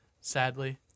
sadly